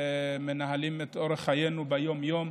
שמנהלים את אורח חיינו ביום-יום.